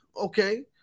Okay